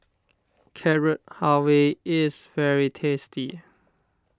Carrot Halwa is very tasty